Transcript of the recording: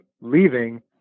leaving